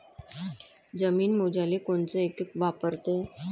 जमीन मोजाले कोनचं एकक वापरते?